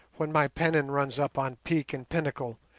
when my pennon runs up on peak and pinnacle,